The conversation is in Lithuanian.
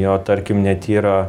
jo tarkim net yra